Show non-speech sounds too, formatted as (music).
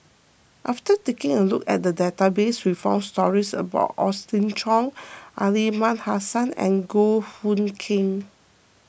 after taking a look at the database we found stories about Austen (unintelligible) Aliman Hassan and Goh Hood Keng